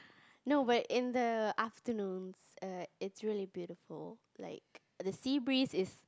no but in the afternoons err it's really beautiful like the sea breeze is